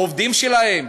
העובדים שלהם,